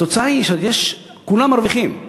התוצאה היא שכולם מרוויחים.